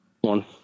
one